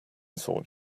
thought